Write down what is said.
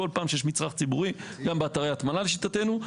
כל פעם שיש מצרך ציבורי, גם באתרי הטמנה לשיטתנו.